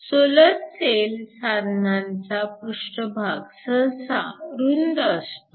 solar cell साधनांचा पृष्ठभाग सहसा रुंद असतो